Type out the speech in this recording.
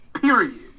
Period